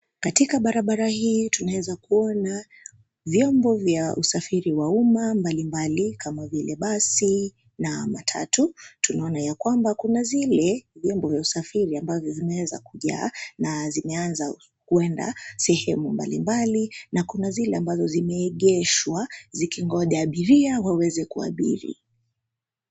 Katika barabara hii tunaeza kuona, vyombo vya usafiri wa umma mbalimbali kama vile basi, na matatu, tunaona ya kwamba kuna zile, vyombo vya usafiri ambavyo vimeweza kujaa na zimeanza, kwenda sehemu mbalimbali na kuna zile ambazo zimeegeshwa, zikingoja abiria waweze kuabiri.